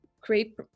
create